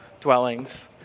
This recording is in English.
dwellings